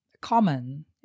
common